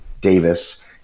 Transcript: Davis